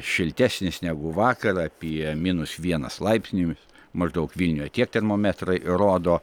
šiltesnis negu vakar apie minus vienas laipsnį maždaug vilniuje tiek termometrai rodo